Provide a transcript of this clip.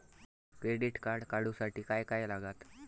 Credit card काढूसाठी काय काय लागत?